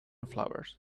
flowers